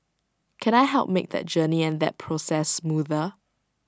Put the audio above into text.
can I help make that journey and that process smoother